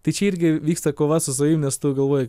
tai čia irgi vyksta kova su savim nes tu galvoji